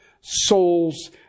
souls